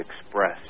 express